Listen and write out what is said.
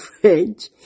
French